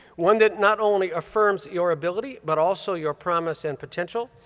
one that not only affirms your ability but also your promise and potential.